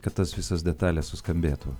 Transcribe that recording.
kad tos visos detalės suskambėtų